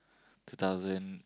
two thousand